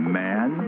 man